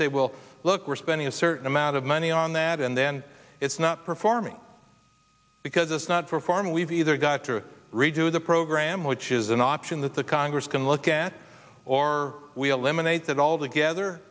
say well look we're spending a certain amount of money on that and then it's not performing because it's not performing we've either got to redo the program which is an option that the congress can look at or we eliminate that altogether